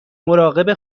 مراقب